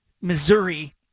Missouri